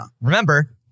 remember